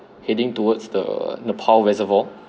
heading towards the nepal reservoir